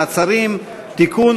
מעצרים) (תיקון,